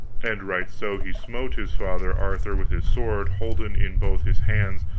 and right so he smote his father arthur with his sword holden in both his hands,